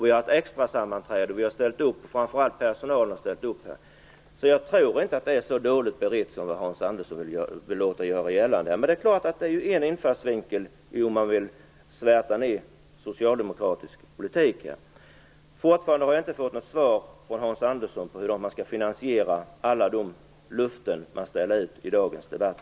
Vi har haft extrasammanträden, och vi, och framför allt personalen, har ställt upp. Jag tror inte att det är så dåligt berett som Hans Andersson låter göra gällande. Men det är en infallsvinkel om man vill svärta ned socialdemokratiskt politik. Jag har fortfarande inte fått något svar från Hans Andersson på hur man skall finansiera alla de löften man ställer ut i dagens debatt.